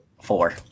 four